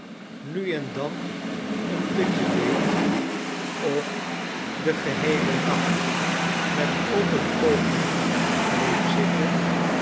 nu en dan een dutje deed of den geheelen nacht met open oogen bleef zitten